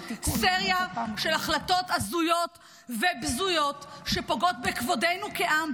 סריה של החלטות הזויות ובזויות שפוגעות בכבודנו כעם,